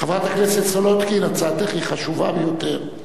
חברת הכנסת סולודקין, הצעתך היא חשובה ביותר.